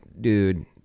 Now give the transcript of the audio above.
dude